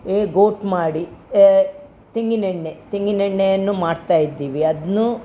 ಏ ಗೋಟು ಮಾಡಿ ತೆಂಗಿನೆಣ್ಣೆ ತೆಂಗಿನೆಣ್ಣೆಯನ್ನು ಮಾಡ್ತಾ ಇದ್ದೀವಿ ಅದನ್ನೂ